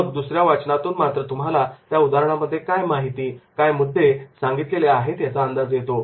मग दुसऱ्या वाचनातून मात्र तुम्हाला त्या उदाहरणांमध्ये काय माहिती मुद्दे सांगितलेले आहेत याचा अंदाज येतो